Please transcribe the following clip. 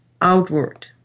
outward